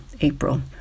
April